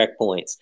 checkpoints